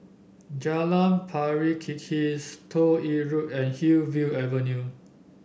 Jalan Pari Kikis Toh Yi Road and Hillview Avenue